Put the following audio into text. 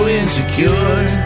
insecure